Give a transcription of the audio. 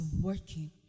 working